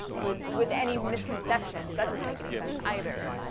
with. with any misconceptions. that doesn't make any sense either.